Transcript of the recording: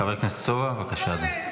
חבר הכנסת סובה, בבקשה, אדוני.